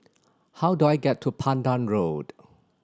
how do I get to Pandan Road